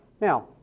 Now